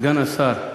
סגן השר,